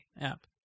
app